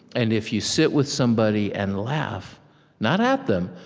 and if you sit with somebody and laugh not at them,